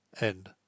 End